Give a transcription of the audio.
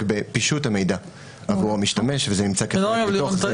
בפישוט המידע עבור המשתמש וזה נמצא כרגע בפיתוח.